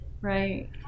Right